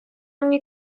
мені